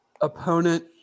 opponent